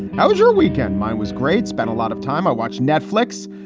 how was your weekend? mine was great. spent a lot of time i watch netflix.